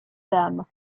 them